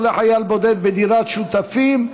פטור לחייל בודד בדירת שותפים),